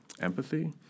empathy